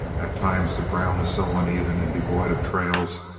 at times the ground was so uneven and devoid of trails,